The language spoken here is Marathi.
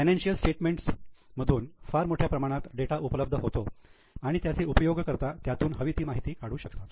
फायनान्शिअल स्टेटमेंट मधून फार मोठ्या प्रमाणात डेटा उपलब्ध होतो आणि त्याचे उपयोगकर्ता त्यातून हवी ती माहिती काढू शकतात